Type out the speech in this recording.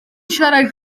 siarad